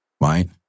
Right